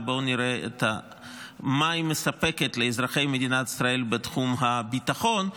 ובואו נראה מה היא מספקת לאזרחי מדינת ישראל בתחום הביטחון.